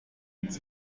ans